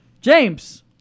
James